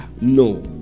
no